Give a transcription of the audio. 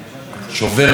שובר לב.